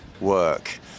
work